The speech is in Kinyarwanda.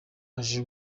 aje